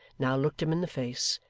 now looked him in the face,